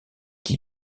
qui